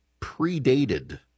predated